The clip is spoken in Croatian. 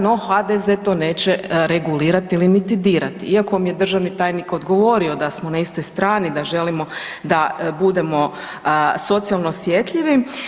No HDZ to neće regulirati niti dirati iako mi je državni tajnik odgovorio da smo na istoj strani, da želimo da budemo socijalno osjetljivi.